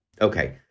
Okay